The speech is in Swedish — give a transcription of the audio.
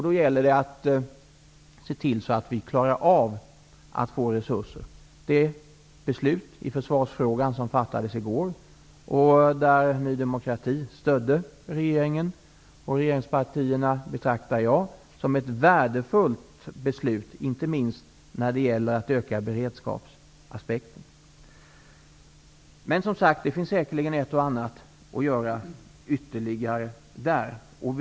Det gäller då att se till att vi klarar av att få resurser. Det beslut som i går fattades i försvarsfrågan där Ny demokrati stödde regeringen och regeringspartierna betraktar jag som ett värdefullt beslut, inte minst när det gäller att öka beredskapen. Men det finns, som sagt, säkerligen ett och annat som ytterligare kan göras.